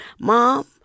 Mom